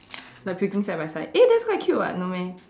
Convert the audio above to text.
like puking side by side eh that's quite cute [what] no meh